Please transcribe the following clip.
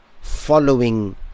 following